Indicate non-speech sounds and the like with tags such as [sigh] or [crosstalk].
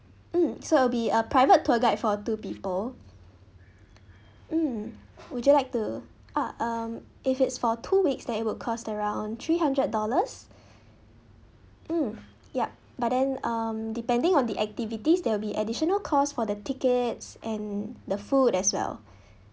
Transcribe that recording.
mm so it'll be a private tour guide for two people mm would you like to uh um if it's for two weeks that it would cost around three hundred dollars [breath] mm yup but then um depending on the activities there will be additional cost for the tickets and the food as well [breath]